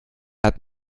hat